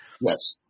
Yes